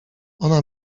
ona